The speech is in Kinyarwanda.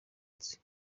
nzi